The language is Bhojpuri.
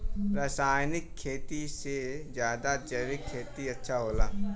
रासायनिक खेती से ज्यादा जैविक खेती अच्छा होला